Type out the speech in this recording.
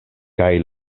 kaj